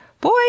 Boy